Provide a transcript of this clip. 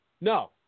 No